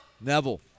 Neville